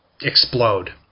explode